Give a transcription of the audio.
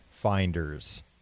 finders